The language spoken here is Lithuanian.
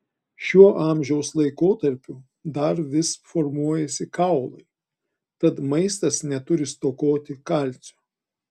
šiuo amžiaus laikotarpiu dar vis formuojasi kaulai tad maistas neturi stokoti kalcio